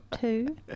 Two